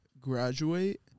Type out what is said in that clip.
graduate